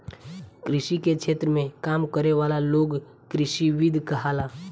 कृषि के क्षेत्र में काम करे वाला लोग कृषिविद कहाला